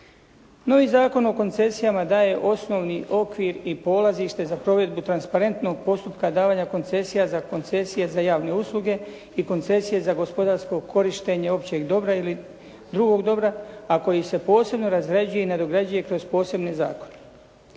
Novi Zakon o koncesijama daje osnovni okvir i polazište za provedbu transparentnog postupka davanja koncesija za koncesije za javne usluge i koncesije za gospodarsko korištenje općeg dobra ili drugog dobra, a koji se posebno razrađuje i nadograđuje kroz posebni zakon.